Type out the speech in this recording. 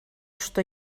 что